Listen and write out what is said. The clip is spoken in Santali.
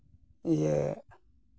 ᱤᱭᱟᱹ